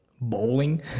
bowling